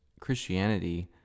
Christianity